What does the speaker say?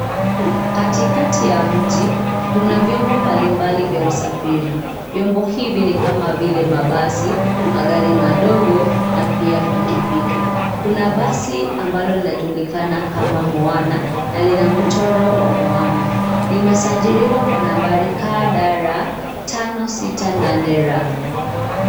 Katikati ya mji, kuna vyombo mbalimbali vya usafiri. Vyombo hivi ni kama vile mabasi, magari madogo na pia pikipiki. Kuna basi ambalo linajulikana kama cs[Moana]cs, na lina mchoro wa cs[Moana]cs. Limesajiliwa kwa nambari KDR 568 R.